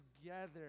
together